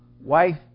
wife